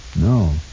No